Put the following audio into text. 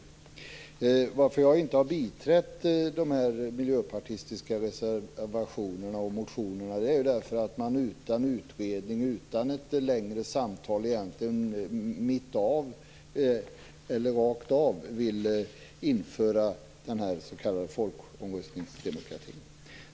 Anledningen till att jag inte har biträtt de miljöpartistiska reservationerna och motionerna är att man utan utredning och utan ett längre samtal, ja, egentligen rakt av, vill införa s.k. folkomröstningsdemokrati.